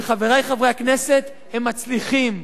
וחברי חברי הכנסת, הם מצליחים.